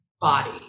body